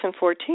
2014